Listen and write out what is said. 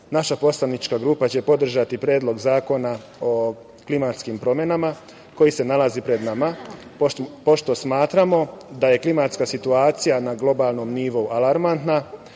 naša poslanička grupa će podržati Predlog zakona o klimatskim promenama koji se nalazi pred nama, pošto smatramo da je klimatska situacija na globalnom nivou alarmantna